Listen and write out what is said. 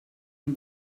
von